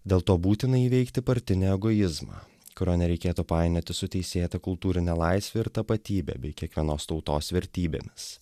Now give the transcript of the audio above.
dėl to būtina įveikti partinį egoizmą kurio nereikėtų painioti su teisėta kultūrine laisve ir tapatybe bei kiekvienos tautos vertybėmis